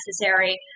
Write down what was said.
necessary